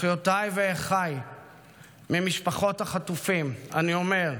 אחיותיי ואחיי ממשפחות החטופים, אני אומר: